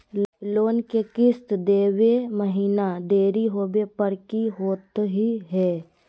Loan के किस्त देवे महिना देरी होवे पर की होतही हे?